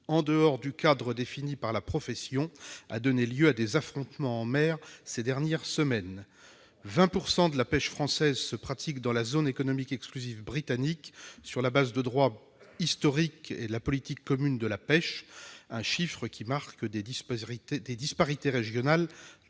en dehors du cadre défini par la profession, a donné lieu à des affrontements en mer ces dernières semaines. Environ 20 % de la pêche française se pratique dans la zone économique exclusive britannique, sur la base de droits historiques et de la politique commune de la pêche. Ce pourcentage masque des disparités régionales